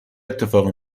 اتفاقی